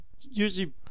usually